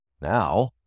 Now